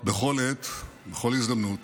בכל עת, בכל הזדמנות